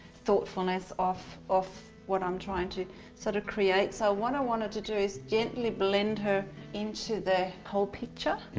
thoughtfulness of of what i'm trying to sort of create. so what i wanted to do was gently blend her into the whole picture. and